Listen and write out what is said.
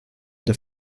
its